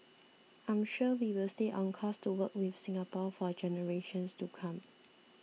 I'm sure we will stay on course to work with Singapore for generations to come